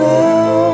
now